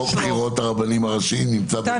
חוק בחירות הרבנים הראשיים נמצא בוועדת